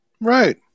Right